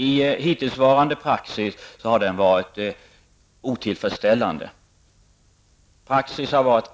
I hittillsvarande praxis har den varit otillfredsställande. Praxis har varit